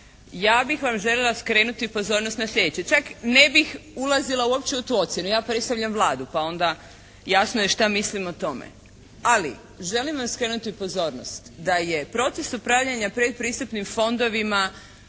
ja bih vam željela skrenuti pozornost na sljedeće. Čak ne bih ulazila uopće u tu ocjenu. Ja predstavljam Vladu pa onda jasno je šta mislim o tome. Ali želim vam skrenuti pozornost da je proces upravljanja predpristupnim fondovima